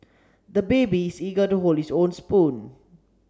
the baby is eager to hold his own spoon